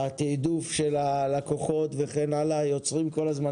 תעדוף הלקוחות וכן הלאה יוצרים כל הזמן